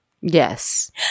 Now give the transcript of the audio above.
yes